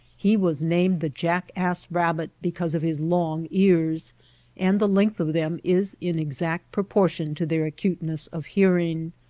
he was named the jackass-rabbit because of his long ears and the length of them is in exact proportion to their acuteness of hearing.